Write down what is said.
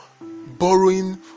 borrowing